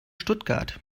stuttgart